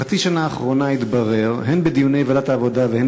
בחצי השנה האחרונה התברר הן בדיוני ועדת העבודה והן